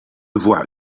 voit